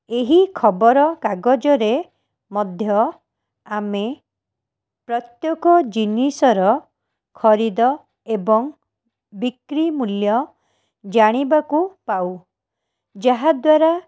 ଏହି ଖବରକାଗଜରେ ମଧ୍ୟ ଆମେ ପ୍ରତ୍ୟେକ ଜିନିଷର ଖରିଦ ଏବଂ ବିକ୍ରି ମୂଲ୍ୟ ଜାଣିବାକୁ ପାଉ ଯାହାଦ୍ଵାରା